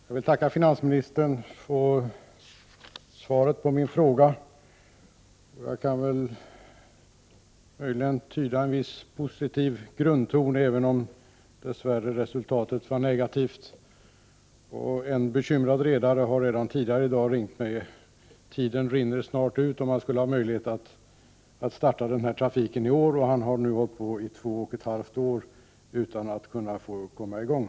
Herr talman! Jag vill tacka finansministern för svaret på min fråga. Jag tycker mig kunna tyda en viss positiv grundton, även om dess värre resultatet var negativt. En bekymrad redare har tidigare i dag ringt mig. Tiden rinner snart ut, om han skall ha möjlighet att starta denna trafik i år, och han har nu hållit på i två och ett halvt år utan att få komma i gång.